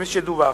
שדווח,